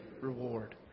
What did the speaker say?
reward